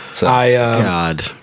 God